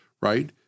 Right